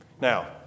Now